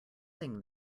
sing